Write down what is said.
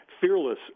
fearless